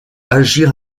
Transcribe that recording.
agir